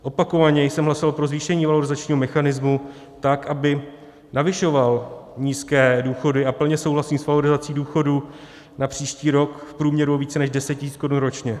Opakovaně jsem hlasoval pro zvýšení valorizačního mechanismu tak, aby navyšoval nízké důchody, a plně souhlasím s valorizací důchodů na příští rok v průměru o více než 10 tisíc korun ročně.